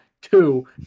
Two